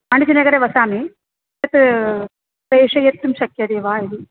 पाण्डिचरि नगरे वसामि तत् प्रेषयितुं शक्यते वा इति